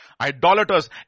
idolaters